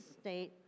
state